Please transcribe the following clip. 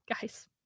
guys